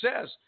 says